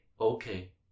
okay